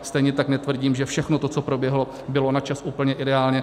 Stejně tak netvrdím, že všechno to, co proběhlo, bylo na čas úplně ideálně.